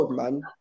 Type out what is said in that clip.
man